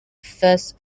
firsts